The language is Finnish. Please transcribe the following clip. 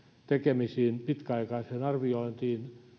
tekemisiin ja pitkäaikaiseen arviointiin